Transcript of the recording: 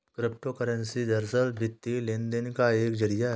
crypto currency दरअसल, वित्तीय लेन देन का एक जरिया है